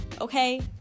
okay